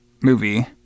movie